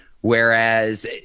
Whereas